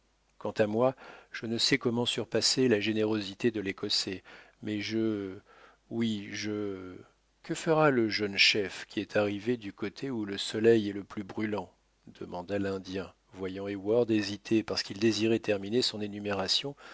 quant à moi je ne sais comment surpasser la générosité de l'écossais mais je oui je que fera le jeune chef qui est arrivé du côté où le soleil est le plus brûlant demanda l'indien voyant heyward hésiter parce qu'il désirait terminer son énumération